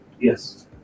Yes